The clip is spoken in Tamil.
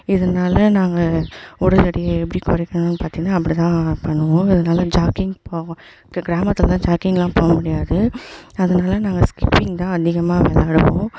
இதனால நாங்கள் உடல் எடையை எப்படி குறைக்கணும்னு பார்த்தீங்கன்னா அப்படித்தான் பண்ணுவோம் அதனால ஜாகிங் போவோம் கிராமத்தில்தான் ஜாக்கிங்கெலாம் போக முடியாது அதனால நாங்கள் ஸ்கிப்பிங் தான் அதிகமாக விளாடுவோம்